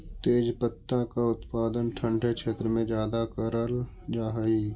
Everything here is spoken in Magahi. तेजपत्ता का उत्पादन ठंडे क्षेत्र में ज्यादा करल जा हई